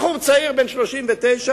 בחור צעיר בן 39,